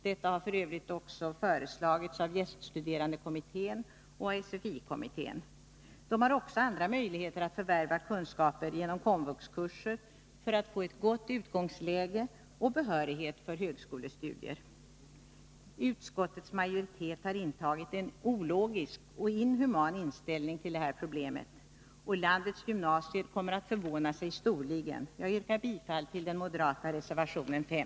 Detta har f. ö. föreslagits så väl av gäststuderandekommittén som av SFI-kommittén. Invandrarungdomarna har också möjlighet att förvärva kunskaper genom KOMVUX-kurser för att få ett gott utgångsläge och behörighet för högskolestudier. Utskottets majoritet har intagit en ologisk och inhuman inställning till det här problemet, och landets gymnasier kommer att förvåna sig storligen. Jag yrkar därför bifall till den moderata reservationen 5.